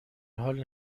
حال